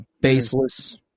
baseless